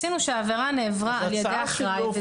רצינו שהעבירה נעברה על ידי אחראי.